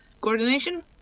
Coordination